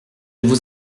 vous